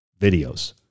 videos